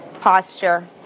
posture